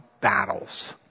battles